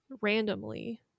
randomly